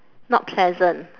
not pleasant